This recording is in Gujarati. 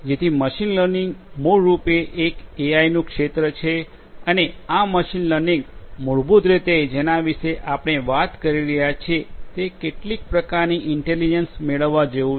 જેથી મશીન લર્નિંગ મૂળરૂપે એક એઆઈનું ક્ષેત્ર છે અને આ મશીન લર્નિંગ મૂળભૂત રીતે જેના વિશે આપણે વાત કરી રહ્યા છીએ તે કેટલીક પ્રકારની ઇન્ટેલિજન્સ મેળવવા જેવું છે